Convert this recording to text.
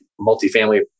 multifamily